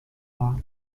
war